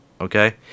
Okay